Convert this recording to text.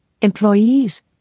employees